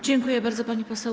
Dziękuję bardzo, pani poseł.